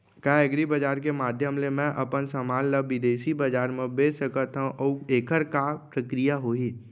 का एग्रीबजार के माधयम ले मैं अपन समान ला बिदेसी बजार मा बेच सकत हव अऊ एखर का प्रक्रिया होही?